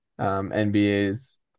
NBA's